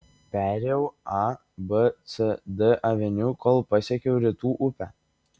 perėjau a b c d aveniu kol pasiekiau rytų upę